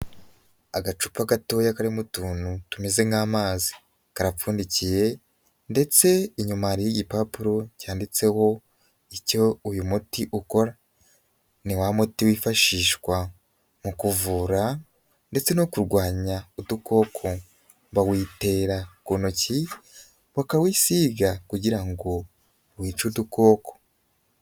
Agacupa gatoya karimo utuntu tumeze nk'amazi, karapfundikiye ndetse inyuma hariho y'igipapuro cyanditseho icyo uyu muti ukora, ni wa muti wifashishwa mu kuvura ndetse no kurwanya udukoko, bawitera ku ntoki, bakawusiga kugira ngo wice udukoko.